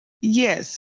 Yes